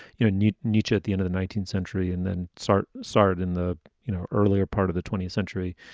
your new niche at the end of the nineteenth century and then start start in the you know earlier part of the twentieth century.